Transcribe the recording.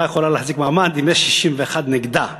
יכולה להחזיק מעמד אם יש 61 נגדה בכנסת.